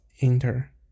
Enter